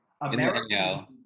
America